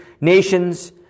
nations